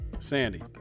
sandy